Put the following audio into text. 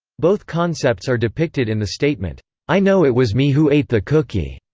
both concepts are depicted in the statement i know it was me who ate the cookie.